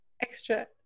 extra